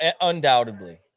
undoubtedly